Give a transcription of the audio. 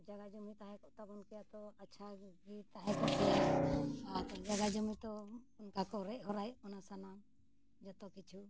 ᱡᱟᱭᱜᱟ ᱡᱚᱢᱤ ᱛᱟᱦᱮᱸ ᱠᱚᱜ ᱛᱟᱵᱚᱱ ᱠᱮᱭᱟ ᱛᱚ ᱟᱪᱪᱷᱟ ᱛᱟᱦᱮᱸ ᱠᱚᱜ ᱠᱮᱭᱟ ᱡᱟᱭᱜᱟ ᱡᱚᱢᱤ ᱛᱚ ᱚᱱᱠᱟ ᱠᱚ ᱨᱮᱡ ᱦᱚᱨᱟᱭᱮᱫ ᱵᱚᱱᱟ ᱥᱟᱱᱟᱢ ᱡᱚᱛᱚ ᱠᱤᱪᱷᱩ